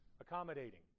Accommodating